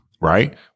Right